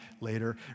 later